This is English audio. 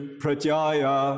pratyaya